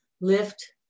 lift